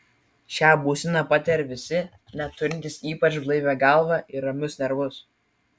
šią būseną patiria visi net turintys ypač blaivią galvą ir ramius nervus